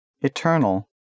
Eternal